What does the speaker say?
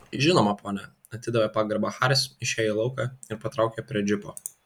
žinoma pone atidavė pagarbą haris išėjo į lauką ir patraukė prie džipo